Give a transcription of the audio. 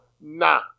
nah